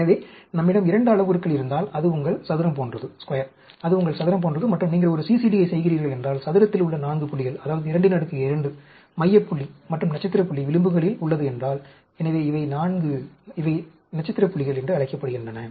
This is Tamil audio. எனவே நம்மிடம் 2 அளவுருக்கள் இருந்தால் அது உங்கள் சதுரம் போன்றது அது உங்கள் சதுரம் போன்றது மற்றும் நீங்கள் ஒரு CCD செய்கிறீர்கள் என்றால் சதுரத்தில் உள்ள 4 புள்ளிகள் அதாவது 22 மைய புள்ளி மற்றும் நட்சத்திர புள்ளி விளிம்புகளில் உள்ளது என்றால் எனவே இவை 4 இவை நட்சத்திர புள்ளிகள் என்று அழைக்கப்படுகின்றன